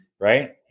right